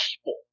people